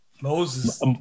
Moses